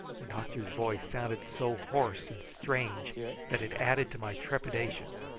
the doctor's voice sounded so hoarse and strange that it added to my trepidation.